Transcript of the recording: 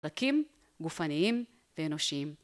פרקים גופניים ואנושיים.